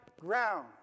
ground